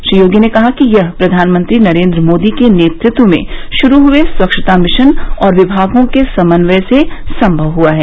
श्री योगी ने कहा कि यह प्रधानमंत्री नरेन्द्र मोदी के नेतृत्व में शुरू हुए स्वच्छता मिशन और विभागों के समन्वय से सम्भव हुआ है